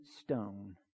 stone